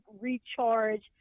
recharge